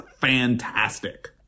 fantastic